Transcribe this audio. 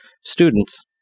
students